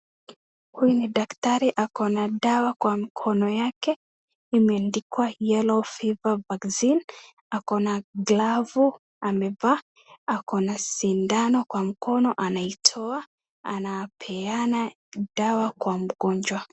Huyu ni daktari ako na dawa kwa mkono yake, imeandikwa yellow fever vaccine . Ako na glavu amevaa, ako na sindano kwa mkono anaitoa, anapeana dawa kwa mgonjwa.